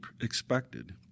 expected